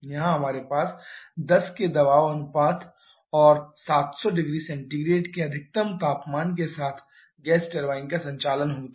यहां हमारे पास 10 के दबाव अनुपात और 700 0C के अधिकतम तापमान के साथ गैस टरबाइन का संचालन होता है